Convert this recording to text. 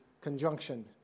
conjunction